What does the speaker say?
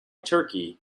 turkey